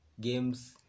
games